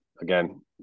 again